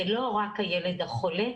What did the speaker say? זה לא רק הילד החולה,